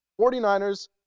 49ers